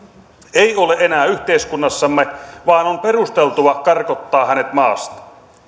ei ole enää yhteiskunnassamme vaan on perusteltua karkottaa hänet maasta